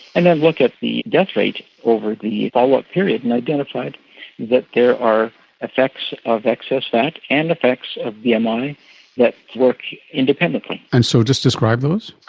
and then look at the death rate over the follow-up period and identified that there are effects of excess fat and effects of yeah bmi that work independently. and so just describe those.